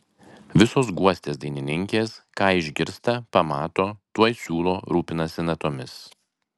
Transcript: visos guostės dainininkės ką išgirsta pamato tuoj siūlo rūpinasi natomis